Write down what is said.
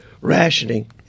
rationing